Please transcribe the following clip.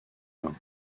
vin